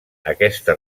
aquesta